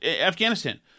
Afghanistan